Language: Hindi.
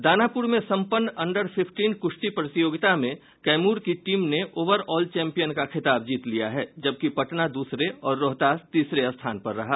दानापुर मे सम्पन्न अंडर फिफ्टीन कुश्ती प्रतियोगिता में कैमूर की टीम ने ओवर ऑल चैंपियन का खिताब जीत लिया है जबकि पटना दूसरे और रोहतास तीसरे स्थान पर रहा